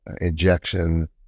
injection